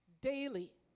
daily